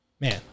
man